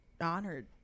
honored